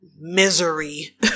misery